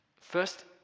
First